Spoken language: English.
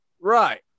Right